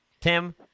Tim